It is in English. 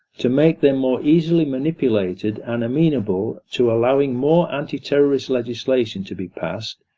to make them more easily manipulated, and amenable to allowing more anti-terrorist legislation to be passed,